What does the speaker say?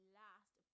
last